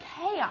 chaos